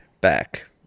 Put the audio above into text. back